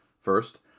First